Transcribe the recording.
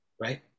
right